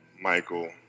Michael